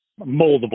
moldable